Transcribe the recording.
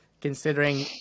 considering